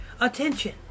Attention